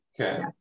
Okay